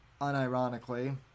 unironically